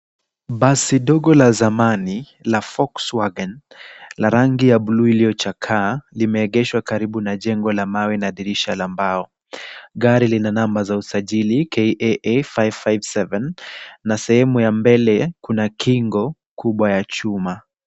Basi dogo la zamani la Volkswagen la rangi ya bluu iliyochakaa limeegeshwa karibu na jengo la mawe na dirisha la mbao. Gari lina namba za usajili KAA 557 na sehemu ya mbele kuna kingo kubwa ya chuma.